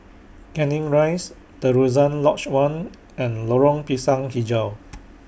Canning Rise Terusan Lodge one and Lorong Pisang Hijau